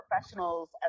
professionals